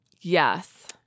yes